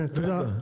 כולנו יודעים